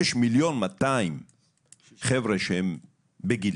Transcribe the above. יש 1,200,000 חבר'ה שהם בגילי,